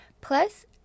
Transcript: plus